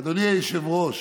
אדוני היושב-ראש,